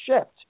shift